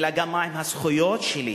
אלא גם מהן הזכויות שלי,